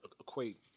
equate